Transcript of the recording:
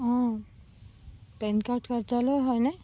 অঁ PAN card কাৰ্য্য়ালয় হয়নে